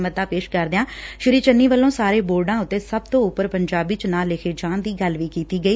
ਮਤਾ ਪੇਸ਼ ਕਰਦਿਆਂ ਸ੍ੀ ਚੰਨੀ ਵੱਲੋਂ ਸਾਰੇ ਬੋਰਡਾਂ ਉੱਤੇ ਸਭ ਤੋਂ ਉਪਰ ਪੰਜਾਬੀ ਚ ਨਾਂ ਲਿਖੇ ਜਾਣ ਦੀ ਗੱਲ ਵੀ ਕੀਤੀ ਗਈ